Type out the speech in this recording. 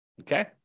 okay